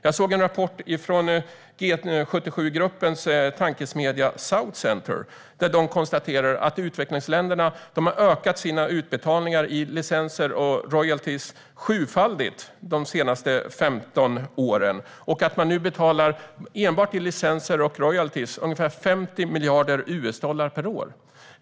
Jag såg en rapport från G77-gruppens tankesmedja South Centre där man konstaterar att utvecklingsländerna har ökat sina utbetalningar för licenser och royaltyer sjufaldigt de senaste 15 åren och att de nu enbart för licenser och royaltyer betalar ungefär 50 miljarder US-dollar per år.